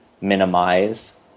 minimize